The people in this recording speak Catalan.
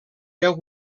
deu